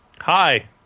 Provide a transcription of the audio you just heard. Hi